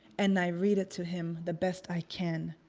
and i read it to him the best i can.